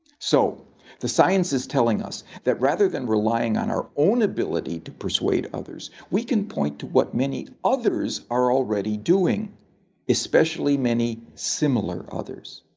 so the science is telling us that rather than relying on our own ability to persuade others we can point to what many others are already doing especially many similar others.